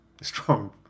strong